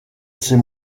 assez